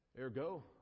Ergo